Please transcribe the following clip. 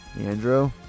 Andrew